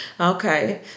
Okay